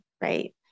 right